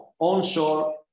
onshore